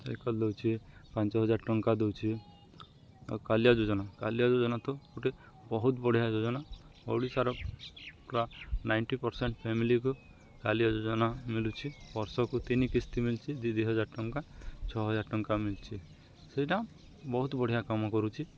cycle ଦଉଛି ପାଞ୍ଚ ହଜାର ଟଙ୍କା ଦଉଛି ଆଉ କାଳିଆ ଯୋଜନା କାଳିଆ ଯୋଜନା ତ ଗୋଟେ ବହୁତ ବଢ଼ିଆ ଯୋଜନା ଓଡ଼ିଶାର ପୁରା ନାଇଣ୍ଟି ପରସେଣ୍ଟ ଫ୍ୟାମିଲିକୁ କାଳିଆ ଯୋଜନା ମିଳୁଛି ବର୍ଷକୁ ତିନି କିସ୍ତି ମିଳିଛି ଦୁଇ ଦୁଇ ହଜାର ଟଙ୍କା ଛଅ ହଜାର ଟଙ୍କା ମିଳିଛି ସେଇଟା ବହୁତ ବଢ଼ିଆ କାମ କରୁଛି